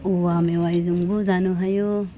औवा मेवाइजोंबो जानो हायो